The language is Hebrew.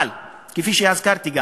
אבל, כפי שגם הזכרתי,